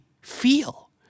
feel